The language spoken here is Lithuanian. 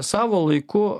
savo laiku